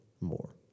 more